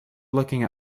looking